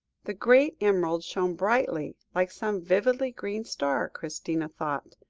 the great emerald shone brightly like some vividly green star, christina thought,